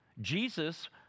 Jesus